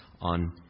on